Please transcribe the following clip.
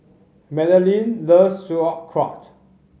Magdalene loves Sauerkraut